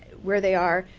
where they are.